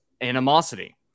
Animosity